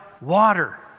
water